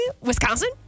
Wisconsin